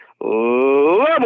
Level